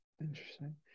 Interesting